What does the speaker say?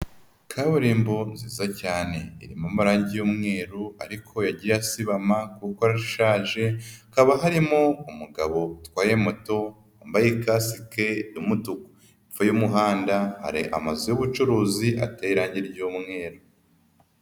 Kaburimbo nziza cyane irimo amarangi y'umweru ariko ya yasibama kuko yashaje, hakaba harimo umugabo utwaye moto wambaye kasike y'umutuku. Hepfo y'umuhanda hari amazu y'ubucuruzi ateye irange ry'umweru.